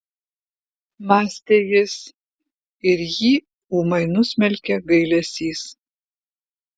mąstė jis ir jį ūmai nusmelkė gailesys